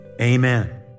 Amen